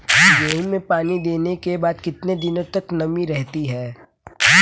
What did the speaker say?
गेहूँ में पानी देने के बाद कितने दिनो तक नमी रहती है?